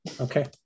Okay